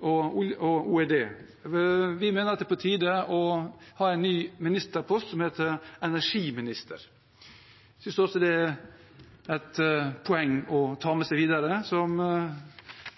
og OED. Vi mener det er på tide å ha en ny ministerpost som heter «energiminister». Vi synes også det er et poeng å ta med seg videre –